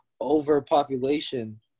overpopulation